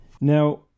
Now